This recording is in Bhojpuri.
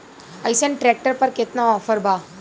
अइसन ट्रैक्टर पर केतना ऑफर बा?